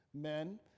men